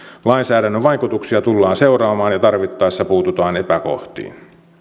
lainsäädännön vaikutuksia tullaan seuraamaan ja tarvittaessa puututaan epäkohtiin